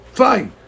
fine